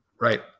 right